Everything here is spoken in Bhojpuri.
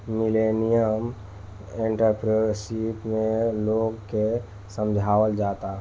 मिलेनियल एंटरप्रेन्योरशिप में लोग के समझावल जाला